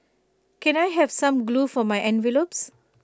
can I have some glue for my envelopes